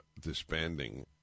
disbanding